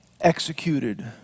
executed